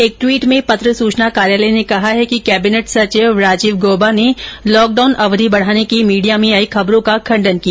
एक द्वीट में पत्र सूचना कार्यालय ने कहा है कि कैबिनेट सचिव राजीव गॉबा ने लॉकडाउन अवधि बढाने की मीडिया में आई खबरों का खंडन किया